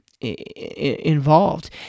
involved